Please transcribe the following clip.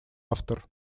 автор